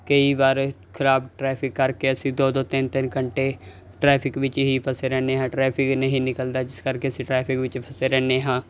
ਕਈ ਵਾਰ ਖਰਾਬ ਟਰੈਫਿਕ ਕਰਕੇ ਅਸੀਂ ਦੋ ਦੋ ਤਿੰਨ ਤਿੰਨ ਘੰਟੇ ਟ੍ਰੈਫਿਕ ਵਿੱਚ ਹੀ ਫਸੇ ਰਹਿੰਦੇ ਆ ਟਰੈਫਿਕ ਨਹੀਂ ਨਿਕਲਦਾ ਜਿਸ ਕਰਕੇ ਅਸੀਂ ਟਰੈਫਿਕ ਵਿੱਚ ਫਸੇ ਰਹਿੰਦੇ ਹਾਂ